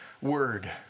word